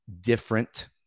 different